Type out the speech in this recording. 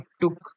took